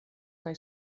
kaj